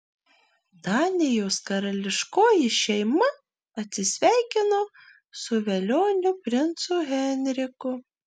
danijos karališkoji šeima atsisveikino su velioniu princu henriku